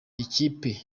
ikipe